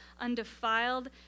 undefiled